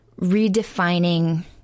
redefining